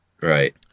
Right